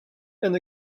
and